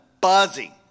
buzzy